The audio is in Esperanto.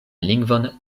lingvon